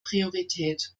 priorität